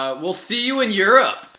ah we'll see you in europe.